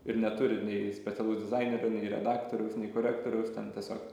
ir neturi nei specialus dizainerio nei redaktoriaus nei korektoriaus ten tiesiog